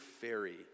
fairy